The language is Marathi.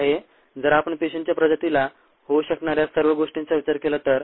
हा आहे जर आपण पेशींच्या प्रजातीला होऊ शकणाऱ्या सर्व गोष्टींचा विचार केला तर